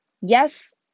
Yes